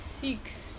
six